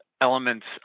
elements